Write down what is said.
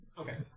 Okay